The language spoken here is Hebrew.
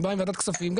אני בא מוועדת כספים,